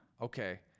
Okay